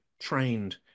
trained